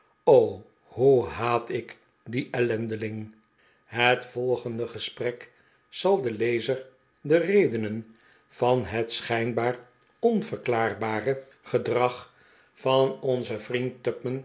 o hoe haat ik dien ellendeling het volgende gesprek zal den iezer de redenen van het schijnbaar onverklaarbare gedrag van onzen vriend